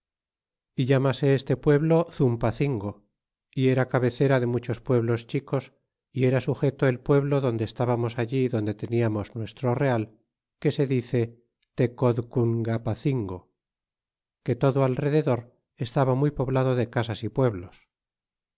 y llamase este pueblo zumpacingo y era cabecera de muchos pueblos chicos y era iujeto el pueblo donde estábamos allí donde teníamos nuestro real que se dice tecodcungapacingo que todo al rededor estaba muy poblado de casas é pueblos